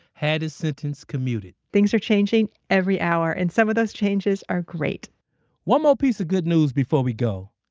had his sentence commuted things are changing every hour, and some of those changes are great one more piece of good news before we go,